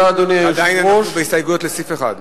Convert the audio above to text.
עדיין אנחנו בהסתייגויות לסעיף 1,